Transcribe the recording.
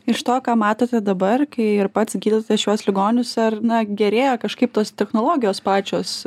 iš to ką matote dabar kai ir pats gydote šiuos ligonius ar na gerėja kažkaip tos technologijos pačios